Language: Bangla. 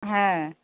হ্যাঁ